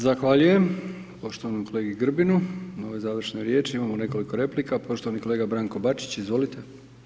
Zahvaljujem poštovanom kolegi Grbinu na ovoj završnoj riječi, imamo nekoliko replika poštovani kolega Branko Bačić, izvolite.